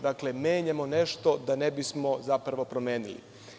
Dakle, menjamo nešto da ne bismo zapravo promenili.